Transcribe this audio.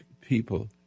people